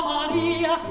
Maria